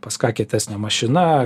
pas ką kietesnė mašina